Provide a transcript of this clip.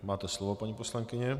Máte slovo, paní poslankyně.